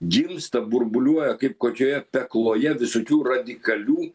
gimsta burbuliuoja kaip kokioje pekloje visokių radikalių